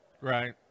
Right